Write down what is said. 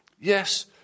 Yes